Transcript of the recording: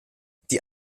die